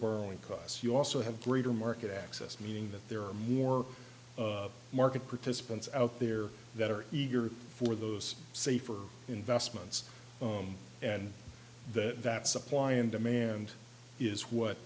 borrowing costs you also have greater market access meaning that there are more market participants out there that are eager for those safer investments and that that supply and demand is what